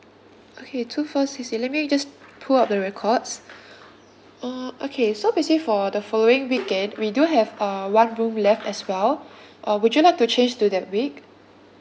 okay two four six six let me just pull out the records uh okay so basically for the following weekend we do have uh one room left as well uh would you like to change to that week